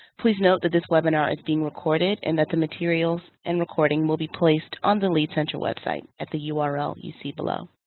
please note that this webinar is being recorded and that the materials and recording will be placed on the lead center website at the ah url you see below.